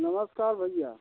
नमस्कार भैया